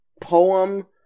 poem